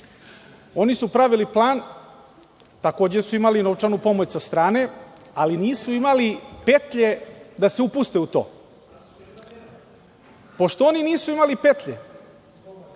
oni su pravili plan, takođe su imali novčanu pomoć sa strane, ali nisu imali petlje da se upuste u to. Pošto oni nisu imali petlje,